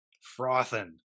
frothing